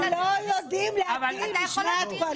הם לא יודעים להטיל משמעת קואליציונית.